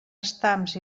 estams